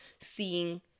seeing